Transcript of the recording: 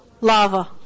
Lava